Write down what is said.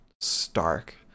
stark